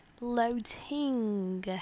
loading